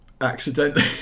accidentally